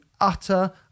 utter